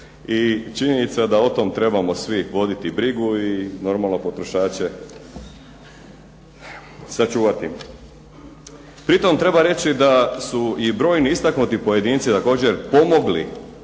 I činjenica da o tom trebamo svi voditi brigu i normalno potrošače sačuvati. Pritom treba reći da su i brojni istaknuti pojedinci također pomogli